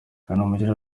kanamugire